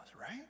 right